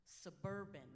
suburban